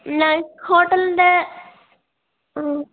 നായിക്ക് ഹോട്ടലിന്റെ